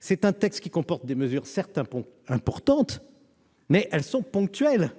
Gouvernement. Il comporte des mesures certes importantes, mais elles sont ponctuelles.